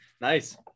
Nice